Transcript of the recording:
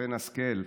שרן השכל,